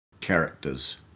characters